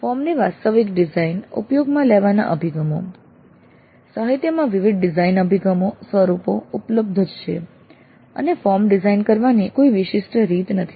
form ની વાસ્તવિક design ઉપયોગમાં લેવાના અભિગમો સાહિત્યમાં વિવિધ ડિઝાઇન અભિગમો સ્વરૂપો ઉપલબ્ધ જ છે અને ફોર્મ ડિઝાઇન કરવાની કોઈ વિશિષ્ટ રીત નથી